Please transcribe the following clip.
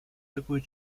такое